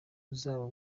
zabo